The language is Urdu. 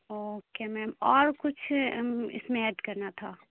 اوکے میم اور کچھ اس میں ایڈ کرنا تھا